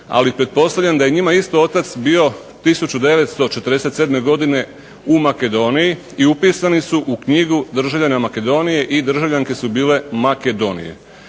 ali pretpostavljam da je njima otac bio 1947. godine u Makedoniji i upisani su u knjigu državljana Makedonije i državljanke su bile Makedonije.